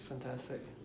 Fantastic